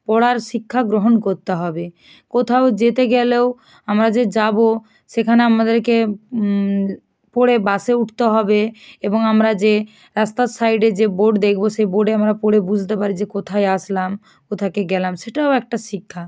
পড়ার শিক্ষা গ্রহণ করতে হবে কোথাও যেতে গেলেও আমরা যে যাবো সেখানে আমাদেরকে পড়ে বাসে উঠতে হবে এবং আমরা যে রাস্তার সাইডে যে বোর্ড দেখবো সেই বোর্ডে আমরা পড়ে বুঝতে পারি যে কোথায় আসলাম কোথায় গেলাম সেটাও একটা শিক্ষা